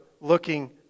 looking